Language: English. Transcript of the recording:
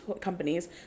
companies